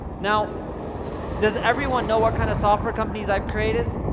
now does everyone know what kind of software companies i've created?